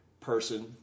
person